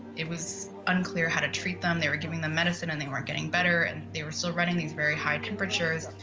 it was unclear how to treat them. they were giving them medicine and they weren't getting better, and they were still running these very high temperatures.